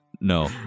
No